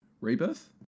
Rebirth